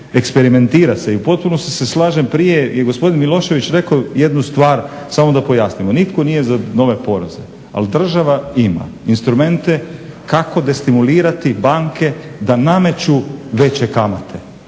Eksperimentira se i u potpunosti se slažem prije je gospodin Milošević rekao jednu stvar, samo da pojasnimo. Nitko nije za nove poreze, ali država ima instrumente kako destimulirati banke da nameću veće kamate.